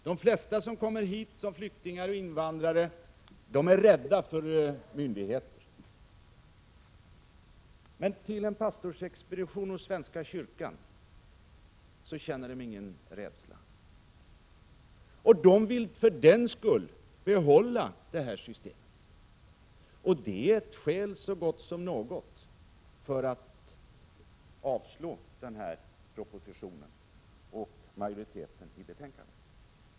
De flesta som kommer hit som flyktingar och invandrare är rädda för myndigheter. Men på en pastorsexpedition och i svenska kyrkan känner de ingen rädsla. De vill för den skull behålla det här systemet, och det är ett skäl så gott som något för att avslå den här propositionen och majoritetens hemställan i betänkandet.